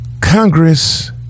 Congress